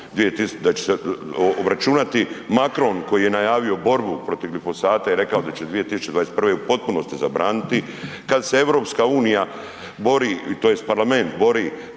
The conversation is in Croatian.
da će se obračunati Macron koji je najavio borbu protiv glifosata i rekao da će 2021. u potpunosti zabraniti, kad se Europska unija bori to jest Parlament bori